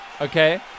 okay